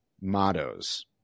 mottos